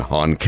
on